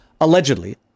allegedly